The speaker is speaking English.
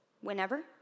whenever